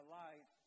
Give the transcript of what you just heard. life